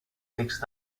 text